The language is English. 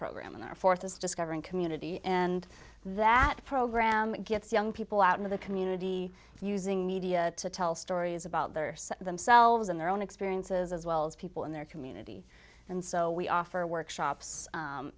program and our fourth is discovering community and that program gets young people out into the community using media to tell stories about themselves in their own experiences as well as people in their community and so we offer workshops